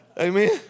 Amen